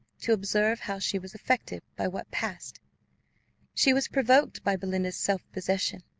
to observe how she was affected by what passed she was provoked by belinda's self-possession.